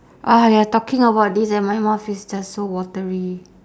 you're talking about this and my mouth is just so watery